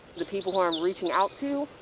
the people who i'm reaching out to,